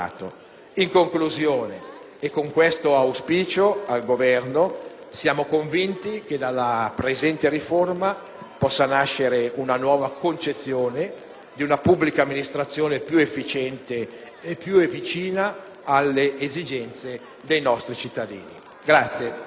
In conclusione, e con questo auspicio al Governo, siamo convinti che dalla presente riforma possa nascere una nuova concezione di una pubblica amministrazione più efficiente e più vicina alle esigenze dei nostri cittadini.